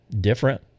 different